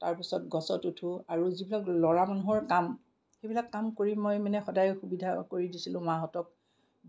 গছত উঠোঁ আৰু যিবিলাক ল'ৰা মানুহৰ কাম সেইবিলাক কৰি মই মানে সদায় সুবিধা কৰি দিছিলোঁ মাহঁতক